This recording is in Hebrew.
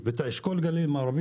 או כל דבר אחר,